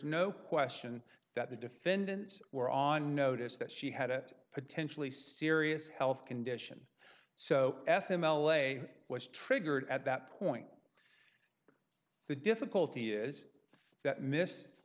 no question that the defendants were on notice that she had it potentially serious health condition so f m l a was triggered at that point the difficulty is